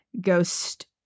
ghost